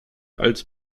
als